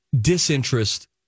Disinterest